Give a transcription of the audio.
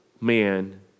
man